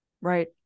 Right